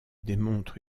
démontre